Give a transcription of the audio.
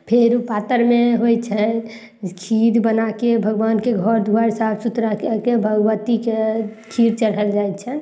फेर उ पातरिमे होइ छै खीर बनाके भगवानके घर दुआरि साफ सुथरा कए कऽ भगवतीके खीर चढ़ाओल जाइ छनि